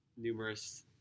numerous